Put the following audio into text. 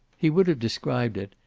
he would have described it,